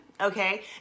okay